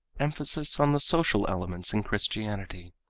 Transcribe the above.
emphasis on the social elements in christianity